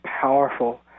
powerful